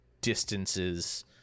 distances